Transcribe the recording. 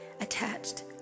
attached